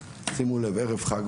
זה ערב חג,